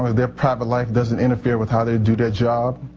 their private life doesn't interfere with how they do their job